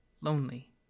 lonely